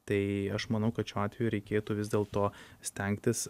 tai aš manau kad šiuo atveju reikėtų vis dėlto stengtis